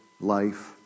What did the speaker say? life